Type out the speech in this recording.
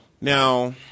Now